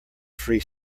free